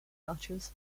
matches